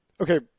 Okay